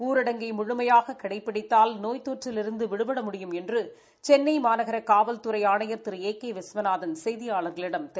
ஊரடங்கை முழுமையாக கடைபிடித்தால் நோய் தொற்றிலிருந்து விடுவட முடியும் என்று சென்னை மாநகர காவல்துறை ஆணையர் திரு ஏ கே விஸ்வநாதன் செய்தியாளர்களிடம் தெரிவித்தார்